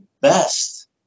best